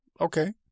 Okay